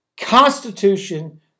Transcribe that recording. Constitution